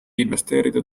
investeerida